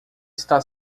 está